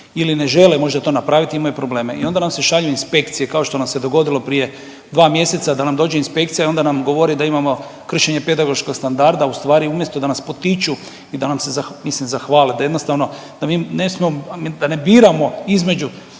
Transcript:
ili ne žele možda to napraviti imaju probleme i onda nam se šalju inspekcije kao što nam se dogodilo prije 2 mjeseca da nam dođe inspekcija i onda nam govori da imamo kršenje pedagoškog standarda u stvari umjesto da nas potiču i da nam se zahvale, mislim zahvale da jednostavno da mi ne smijemo, da ne biramo između